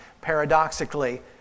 paradoxically